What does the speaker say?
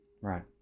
Right